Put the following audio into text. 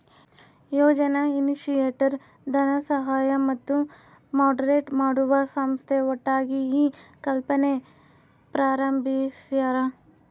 ಯೋಜನಾ initiator ಧನಸಹಾಯ ಮತ್ತು moderate ಮಾಡುವ ಸಂಸ್ಥೆ ಒಟ್ಟಾಗಿ ಈ ಕಲ್ಪನೆ ಪ್ರಾರಂಬಿಸ್ಯರ